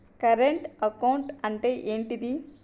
Current account అంటే ఏంటిది?